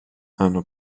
hanno